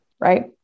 right